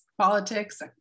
politics